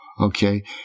okay